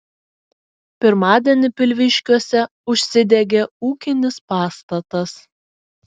pirmadienį pilviškiuose užsidegė ūkinis pastatas